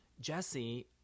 Jesse